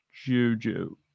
Juju